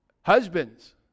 Husbands